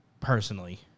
Personally